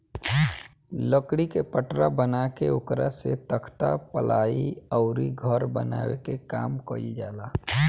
लकड़ी के पटरा बना के ओकरा से तख्ता, पालाइ अउरी घर बनावे के काम कईल जाला